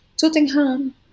Tottenham